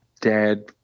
dad